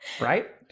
Right